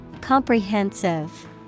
Comprehensive